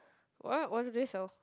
what what do they sell